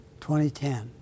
2010